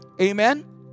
Amen